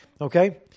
Okay